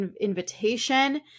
invitation